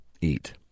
Eat